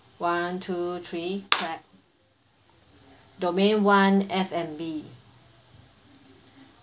one two three clap domain one F&B